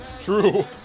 True